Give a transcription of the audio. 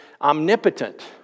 omnipotent